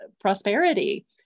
prosperity